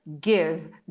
give